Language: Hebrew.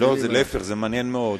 להיפך, זה מעניין מאוד.